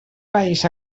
país